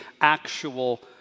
actual